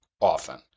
often